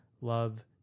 love